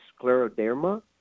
scleroderma